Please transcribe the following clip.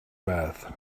bath